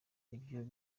ibyo